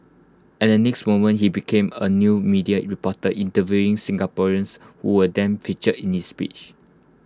and the next moment he became A new media reporter interviewing Singaporeans who were then featured in his speech